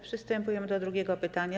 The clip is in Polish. Przystępujemy do drugiego pytania.